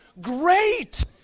Great